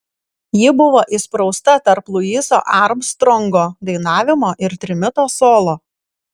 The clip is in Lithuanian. ji buvo įsprausta tarp luiso armstrongo dainavimo ir trimito solo